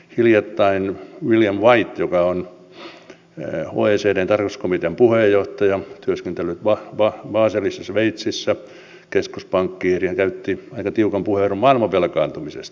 hiljattain william white joka on oecdn tarkastuskomitean puheenjohtaja työskennellyt baselissa sveitsissä keskuspankkiirina käytti aika tiukan puheenvuoron maailman velkaantumisesta